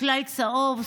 טלאי צהוב,